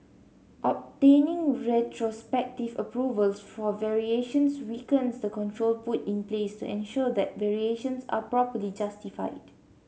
obtaining retrospective approvals for variations weakens the control put in place to ensure that variations are properly justified